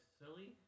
silly